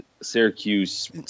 Syracuse